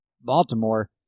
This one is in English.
Baltimore